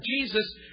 Jesus